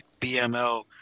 BML